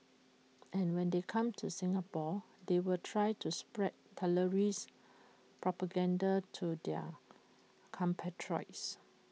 and when they come to Singapore they will try to spread terrorist propaganda to their compatriots